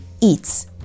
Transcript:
eats